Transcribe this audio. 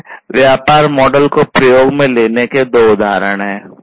यह व्यापार मॉडल को प्रयोग में लेने के दो उदाहरण है